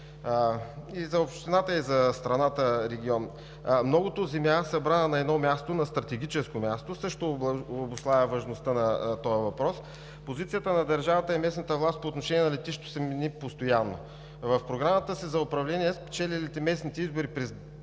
и за общината, и за страната регион. Многото земя, събрана на едно място – на стратегическо място, също обуславя важността на този въпрос. Позицията на държавата и местната власт по отношение на летището се мени постоянно. В Програмата си за управление спечелилите местните избори през